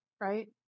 right